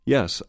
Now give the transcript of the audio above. Yes